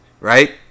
Right